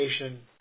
education